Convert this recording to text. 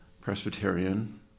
Presbyterian